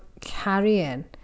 carrying